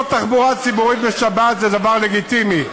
תחבורה ציבורית בשבת זה דבר לגיטימי,